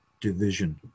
division